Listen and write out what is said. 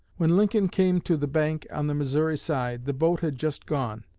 when lincoln came to the bank on the missouri side the boat had just gone.